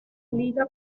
liga